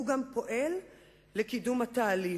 והוא גם פועל לקידום התהליך.